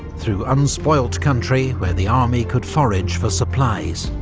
through unspoilt country where the army could forage for supplies.